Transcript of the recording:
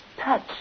touch